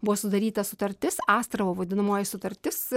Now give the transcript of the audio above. buvo sudaryta sutartis astravo vadinamoji sutartis